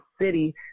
city